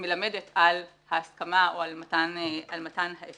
מלמדת על ההסכמה, או על מתן האפשרות.